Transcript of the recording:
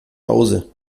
hause